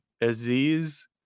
Aziz